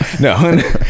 No